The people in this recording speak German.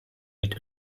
mit